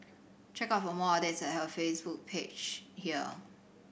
check out for more updates at her Facebook page here